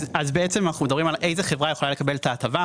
מדברים על איזו חברה יכולה לקבל את ההטבה.